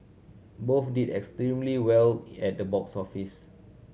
both did extremely well at the box office